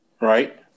right